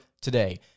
today